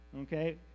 okay